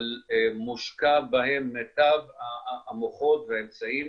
אבל מושקע בהם מיטב המוחות והאמצעים